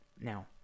Now